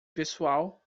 pessoal